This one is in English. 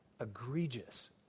egregious